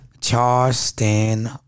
Charleston